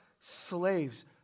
slaves